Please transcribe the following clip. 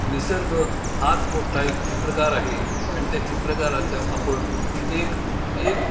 निसर्ग हाच मोठ्ठा एक चित्रकार आहे आणि त्या चित्रकाराचं आपण एक एक